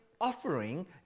offering